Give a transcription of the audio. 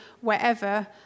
wherever